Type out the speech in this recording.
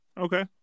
Okay